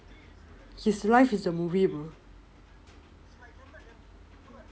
his life is a movie bro